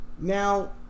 Now